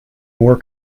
more